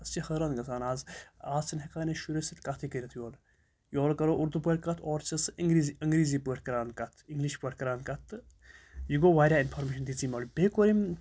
أسۍ چھِ حٲران گژھان آز آز چھِنہٕ ہٮ۪کان أسۍ شُرٮ۪ن سۭتۍ کَتھٕے کٔرِتھ یور یورٕ کَرو اُردو پٲٹھۍ کَتھ اورٕ چھِس اَنٛگریٖزی اَنٛگریٖزی پٲٹھۍ کَران کَتھ اِنٛگلِش پٲٹھۍ کَران کَتھ تہٕ یہِ گوٚو واریاہ انفارمیشَن دِژ یِمو بیٚیہِ کوٚر أمۍ